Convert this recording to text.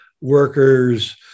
workers